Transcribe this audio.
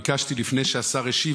ביקשתי לפני שהשר השיב,